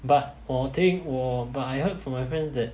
but 我听我 but I heard from my friends that